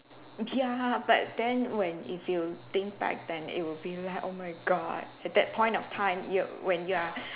ya but then when if you think back then it would be like oh my god at that point of time you when you are